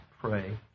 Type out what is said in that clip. pray